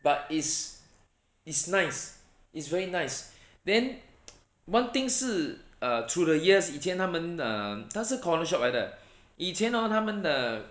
but it's it's nice it's very nice then one thing 是 err through the years 以前他们 um 他是 corner shop 来的 以前 hor 他们的